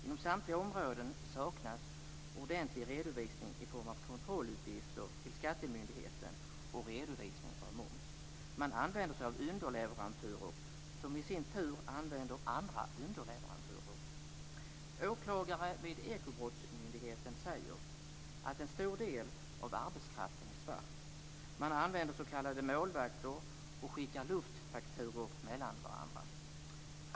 Inom samtliga områden saknas ordentlig redovisning i form av kontrolluppgifter till skattemyndigheten och redovisning av moms. Man använder sig av underleverantörer, som i sin tur använder andra underleverantörer. Åklagare vid Ekobrottsmyndigheten säger att en stor del av arbetskraften är svart. Man använder s.k. målvakter och skickar luftfakturor mellan olika företag.